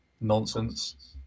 Nonsense